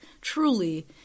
truly